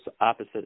opposite